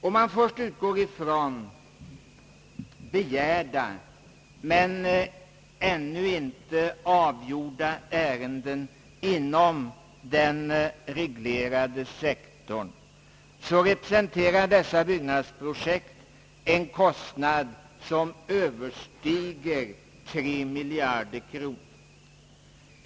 Om man först utgår ifrån begärda men ännu inte avgjorda ärenden inom den reglerade sektorn, representerar dessa byggnadsprojekt en kostnad som överstiger tre miljarder kronor.